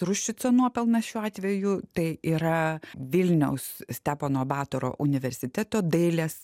ruščico nuopelnas šiuo atveju tai yra vilniaus stepono batoro universiteto dailės